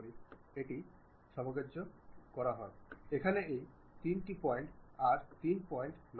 আপনি দেখতে পাচ্ছেন দিকের মতো কিছু আছে